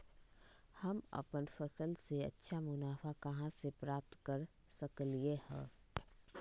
हम अपन फसल से अच्छा मुनाफा कहाँ से प्राप्त कर सकलियै ह?